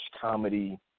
comedy